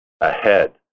ahead